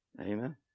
Amen